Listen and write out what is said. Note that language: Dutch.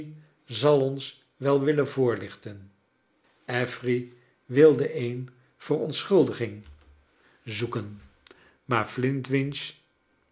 zal ons wel willen voorlichten affery wilde een verontschuldiging charles dickens zoeken maar flintwinch